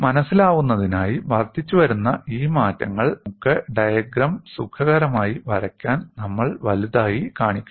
മനസിലാക്കുന്നതിനായി വർദ്ധിച്ചുവരുന്ന ഈ മാറ്റങ്ങൾ നമുക്ക് ഡയഗ്രം സുഖകരമായി വരയ്ക്കാൻ നമ്മൾ വലുതായി കാണിക്കുന്നു